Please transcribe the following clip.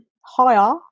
higher